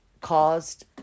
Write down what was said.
caused